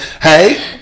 Hey